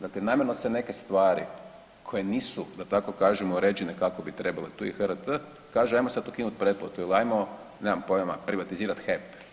Dakle, namjerno se neke stvari koje nisu, da tako kažem uređene kako bi trebale, tu je HRT, kaže ajmo sad ukinuti pretplatu ili ajmo nemam pojma, privatizirati HEP.